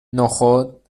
نخود